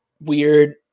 weird